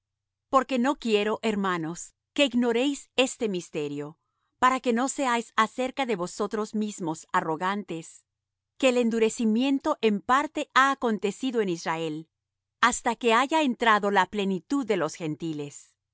porque no quiero hermanos que ignoréis este misterio para que no seáis acerca de vosotros mismos arrogantes que el endurecimiento en parte ha acontecido en israel hasta que haya entrado la plenitud de los gentiles